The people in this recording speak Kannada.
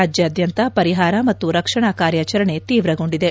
ರಾಜ್ಯದಾದ್ಯಂತ ಪರಿಹಾರ ಮತ್ತು ರಕ್ಷಣಾ ಕಾರ್ಯಾಚರಣೆ ತೀವ್ರಗೊಂಡಿದೆ